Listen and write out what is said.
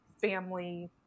family